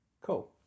cool